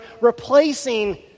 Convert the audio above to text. replacing